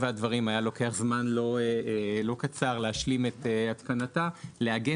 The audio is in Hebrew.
הדבר היה לוקח זמן לא קצר להשלים את התקנתן - כבר כאן,